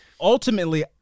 ultimately